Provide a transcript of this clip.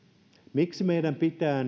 miksi meidän pitää